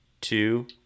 two